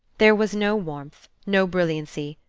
there was no warmth, no brilliancy,